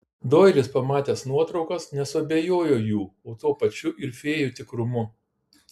doilis pamatęs nuotraukas nesuabejojo jų o tuo pačiu ir fėjų tikrumu